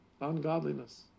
ungodliness